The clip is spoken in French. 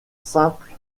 simple